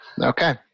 Okay